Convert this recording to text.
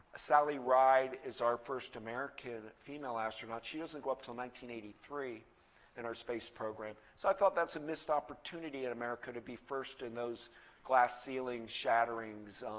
sally ride is our first american female astronaut. she doesn't go up to one three in our space program. so i thought that's a missed opportunity in america, to be first in those glass ceiling-shatterings.